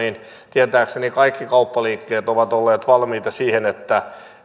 tietääkseni kaikki kauppaliikkeet ovat olleet valmiita siihen että